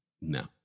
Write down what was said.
no